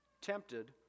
Tempted